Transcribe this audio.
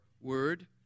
word